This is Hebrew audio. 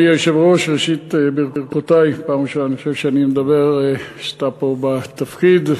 מדבר כשאתה פה בתפקיד.